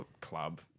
club